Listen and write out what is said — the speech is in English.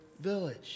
village